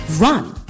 run